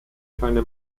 keine